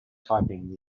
typing